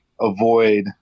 avoid